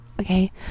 Okay